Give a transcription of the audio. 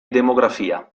demografia